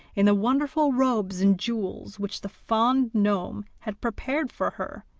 in the wonderful robes and jewels which the fond gnome had prepared for her.